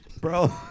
Bro